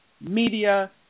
media